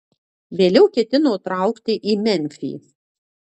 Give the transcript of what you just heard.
vėliau ketino traukti į memfį